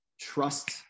trust